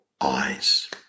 eyes